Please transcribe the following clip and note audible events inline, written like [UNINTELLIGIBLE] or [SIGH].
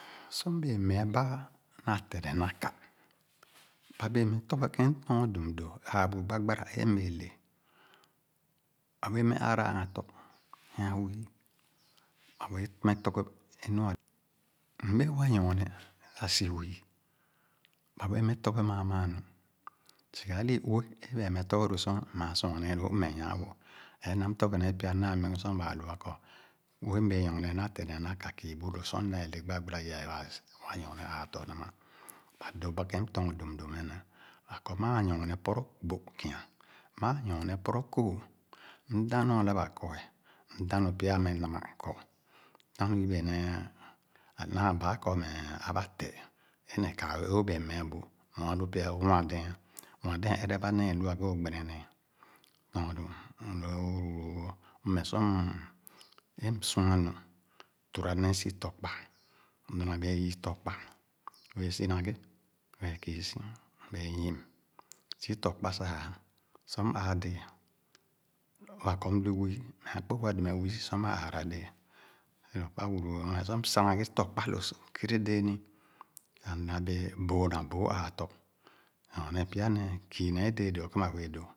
Sor m'bee me'a ba na teh neh na ka͂, ba be͂e͂ lɔ͂ghe ke͂n m'tɔɔn dum do͂, a͂a͂bu gbagbara ́e m'be͂e͂ le. Ba be͂e͂ meh aar̀a a͂a͂n tɔ sia wii. Ba͂ be͂e͂ meh tɔghe ́e nua m'be͂e͂ wa nyɔhe͂ sah si wii. Ba be͂e͂ meh tɔghe ma͂a͂ ma͂a͂ nu. Sigha a'lii uwe ́e baa meh tɔghe lo͂ aor a͂, maa sua ne͂e͂ lo͂o͂ m'meh nỳàa wo͂. Ee m'na m'tɔghe nee pya muɔgɔ sor ba'e lua kɔ uwe m'be͂e͂ nyorne na teh neh na ka͂ kii bu lo͂ sor m'da le gbagbara i-a͂a͂ wa nyorne a͂a͂ tɔ namah Ba do͂ ba ke͂n m'tɔɔn dum do͂ meh neh; kɔ maa nyorne pɔrɔ gbo kia, maa nyorne pɔrɔ kooh, m'da͂n nu a'la͂ba ba kɔ'e, m'da͂n nu pya a'meh namah kɔ. M'da͂n nu yibe ne͂e͂. a'naa baa kɔ meh aba teh e͂ neh ka͂ e'o͂o͂ mea bu nɔ alu pya o'nwa dɛ͂ɛ͂n a͂. Nwa dɛ͂ɛ͂n ɛrɛba ne͂e͂ e'lua ghe o'ghene ne͂e͂. Tɔɔn du m'meh loo [UNINTELLIGIBLE] m'meh sor' m͂m, e m'sua nu, turane͂e͂ si tɔkpa. M'daǹa be͂e͂ yii tɔkpa, m'be͂e͂ sina ghe be͂e͂ kii si; m'be͂e͂ yi'm, si tɔkpa sah sor m'a͂a͂ de͂e͂, lo͂ ba kɔ m'lu wii, neh kpo͂wa dɛmɛ sor ma a͂a͂ra de͂e͂. Nɔ kpa wuru m'meh sor m'sah na ghe tɔkpa lo͂ ker̀e de͂e͂ sah m'daǹa be͂e͂ boo na bòo a͂a͂tɔ, nyorne pya ne͂e͂ kii nee dee do͂o͂ ke͂n ba be͂e͂ do͂o͂.